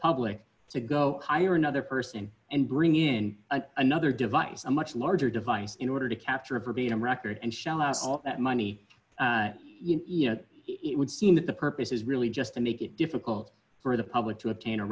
public to go hire another person and bring in another device a much larger device in order to capture a verbatim record and shell out all that money it would seem that the purpose is really just to make it difficult for the public to obtain a